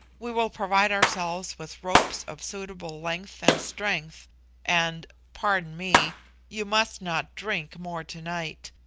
we will provide ourselves with ropes of suitable length and strength and pardon me you must not drink more to-night,